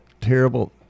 terrible